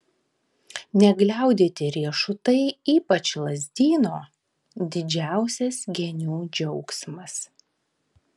negliaudyti riešutai ypač lazdyno didžiausias genių džiaugsmas